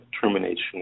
termination